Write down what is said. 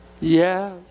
Yes